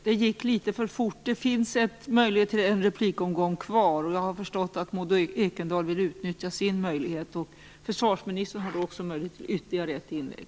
Det gick litet för fort. Det finns möjlighet till en replikomgång till. Jag har förstått att Maud Ekendahl vill utnyttja sin möjlighet. Försvarsministern har då också möjlighet till ytterligare ett inlägg.